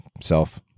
self